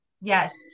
Yes